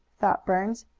thought burns.